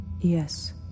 Yes